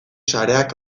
sareak